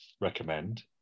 recommend